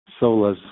solas